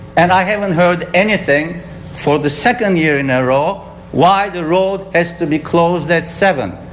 and i haven't heard anything for the second year in a row why the road has to be closed at seven.